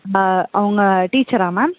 அவங்க டீச்சரா மேம்